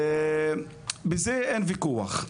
בזה אין ויכוח.